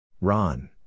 Ron